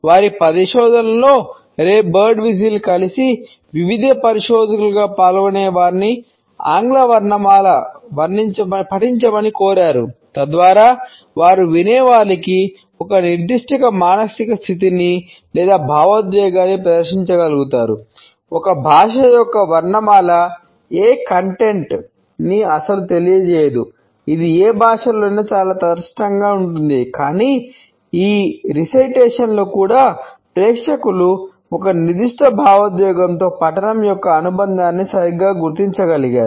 వారి పరిశోధనలలో రే బర్డ్విస్ట్ల్తో కూడా ప్రేక్షకులు ఒక నిర్దిష్ట భావోద్వేగంతో పఠనం యొక్క అనుబంధాన్ని సరిగ్గా గుర్తించగలిగారు